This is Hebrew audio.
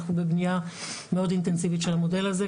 אנחנו בבנייה מאוד אינטנסיבית של המודל הזה,